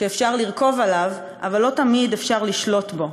שאפשר לרכוב עליו אבל לא תמיד אפשר לשלוט בו.